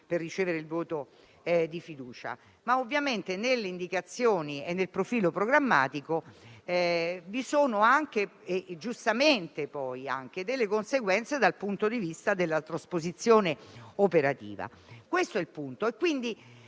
per ricevere il voto di fiducia, ma dalle indicazioni e dal profilo programmatico discendono giustamente delle conseguenze dal punto di vista della trasposizione operativa. Questo è il punto